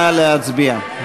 נא להצביע.